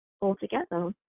altogether